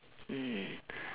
mm